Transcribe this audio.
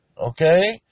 okay